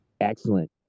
Excellent